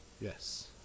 Yes